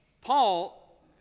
Paul